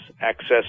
access